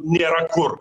nėra kur